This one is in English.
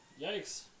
Yikes